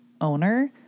owner